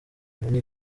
babone